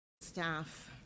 staff